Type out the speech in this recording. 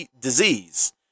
disease